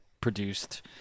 produced